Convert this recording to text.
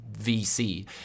VC